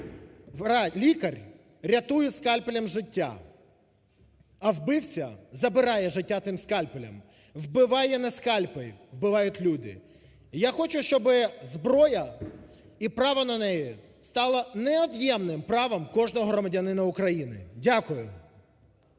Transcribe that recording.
Лікар рятує скальпелем життя, а вбивця забирає життя цим скальпелем. Вбиває на скальпель, вбивають люди. Я хочу, щоб зброя і право на неї стало невід'ємним правом кожного громадянина України. Дякую.